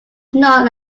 known